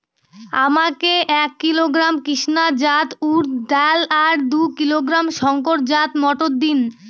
আমাকে এক কিলোগ্রাম কৃষ্ণা জাত উর্দ ডাল আর দু কিলোগ্রাম শঙ্কর জাত মোটর দিন?